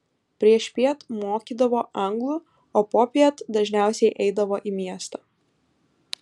priešpiet mokydavo anglų o popiet dažniausiai eidavo į miestą